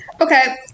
Okay